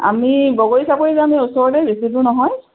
আমি বগৈ চাপৰি যাম এই ওচৰতে বেছি দূৰ নহয়